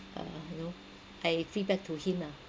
uh you know I feedback to him lah